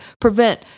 prevent